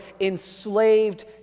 enslaved